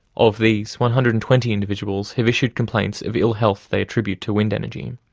of these, one hundred and twenty individuals have issued complaints of ill-health they attribute to wind energy.